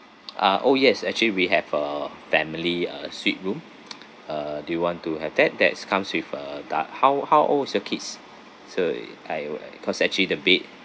ah oh yes actually we have a family uh suite room uh do you want to have that that's comes with a dak~ how how old is your kids so it I cause actually the bed